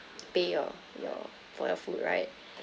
pay your your for your food right